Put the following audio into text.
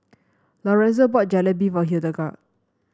Lorenzo bought Jalebi for Hildegard